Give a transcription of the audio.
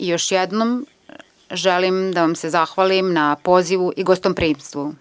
Još jednom želim da vam se zahvalim na pozivu i gostoprimstvu.